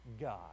God